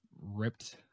ripped